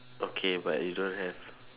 okay but you don't have